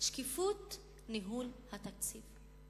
שקיפות ניהול התקציב.